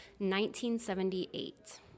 1978